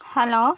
hello